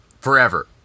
forever